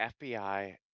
FBI